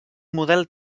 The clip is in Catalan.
model